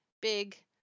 big